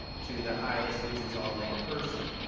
to the highest, which is all in-person.